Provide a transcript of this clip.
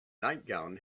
nightgown